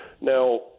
now